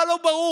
מה לא ברור?